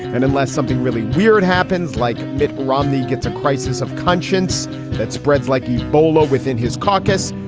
and unless something really weird happens, like mitt romney gets a crisis of conscience that spreads like ebola within his caucus.